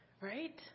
right